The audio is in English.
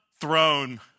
throne